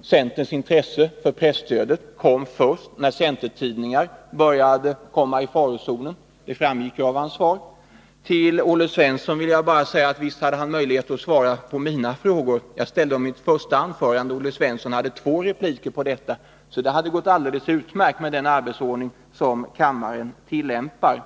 centerns intresse för presstödet kom först när centertidningar började komma i farozonen — det framgick av hans svar. Till Olle Svensson vill jag säga att han visst haft möjligheter att svara på mina frågor. Jag ställde dem i anslutning till mitt första anförande, så det har gått alldeles utmärkt att svara med den arbetsordning som kammaren tillämpar.